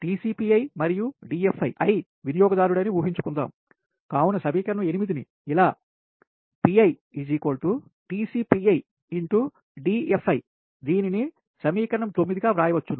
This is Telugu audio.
TCPi మరియు DFi i వినియోగదారుడని ఊహించు కుందాం కావున సమీకరణం 8 ని ఇలాPi TpiD Fi దీనిని సమీకరణం 9గా వ్రాయవచ్చు